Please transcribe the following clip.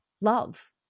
love